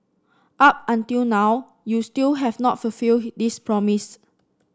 up until now you still have not fulfilled this promise